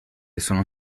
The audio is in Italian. sono